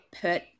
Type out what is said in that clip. put